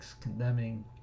condemning